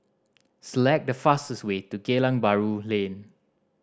select the fastest way to Geylang Bahru Lane